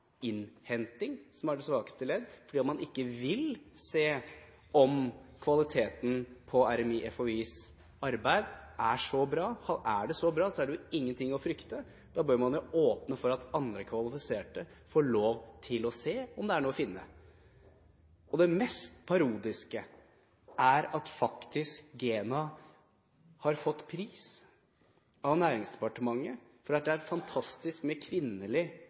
som er det svakeste ledd, fordi man ikke vil se på om kvaliteten på RMI/FHIs arbeid er så bra. Er det så bra, er det jo ingenting å frykte. Da bør man jo åpne for at andre kvalifiserte får lov til å se om det er noe å finne. Det mest parodiske er at GENA faktisk har fått en pris fra Næringsdepartementet for at det er fantastisk med kvinnelig